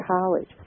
college